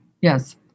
yes